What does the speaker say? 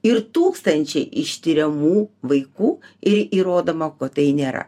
ir tūkstančiai ištiriamų vaikų ir įrodoma ko tai nėra